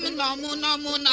la la